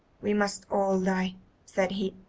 we must all die said he,